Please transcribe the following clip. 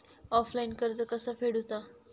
Offline कर्ज कसा फेडूचा?